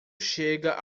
chega